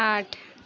आठ